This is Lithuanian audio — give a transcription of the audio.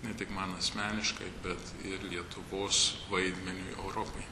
ne tik man asmeniškai bet ir lietuvos vaidmeniui europoj